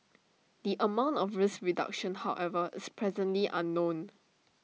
the amount of risk reduction however is presently unknown